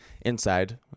inside